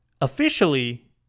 officially